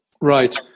right